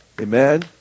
Amen